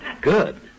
Good